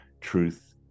Truth